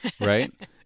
right